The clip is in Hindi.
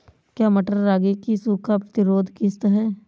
क्या मटर रागी की सूखा प्रतिरोध किश्त है?